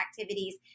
activities